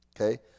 Okay